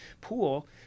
pool